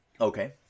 Okay